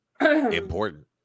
important